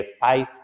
five